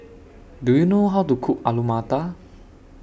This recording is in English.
Do YOU know How to Cook Alu Matar